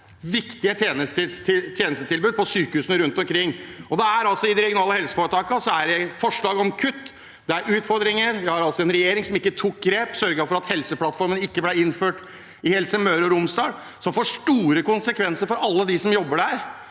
viktige tjenestetilbud på sykehusene rundt omkring. I de regionale helseforetakene er det forslag om kutt. Det er utfordringer. Vi har en regjering som ikke tok grep for å sørge for at Helseplattformen ikke ble innført i Helse Møre og Romsdal. Det får store konsekvenser for alle dem som jobber der,